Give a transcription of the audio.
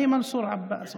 אני מנסור עבאס,